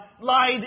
lied